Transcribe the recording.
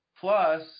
plus